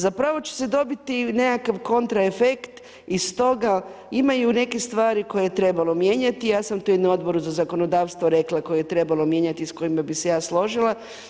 Zapravo će se dobiti nekakav kontraefekt i stoga imaju neke stvari koje je trebalo mijenjati, ja sam to i na Odboru za zakonodavstvo rekla koje je trebalo mijenjati i s kojima bi se ja složila.